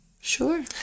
Sure